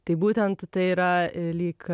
tai būtent tai yra lyg